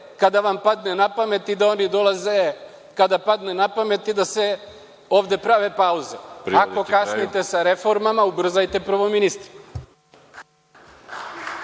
kada vam padne na pamet i da oni dolaze kada im padne napamet i da se ovde prave pauze. Ako kasnite sa reformama, ubrzajte prvo ministre.